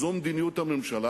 וזו מדיניות הממשלה,